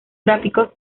gráficos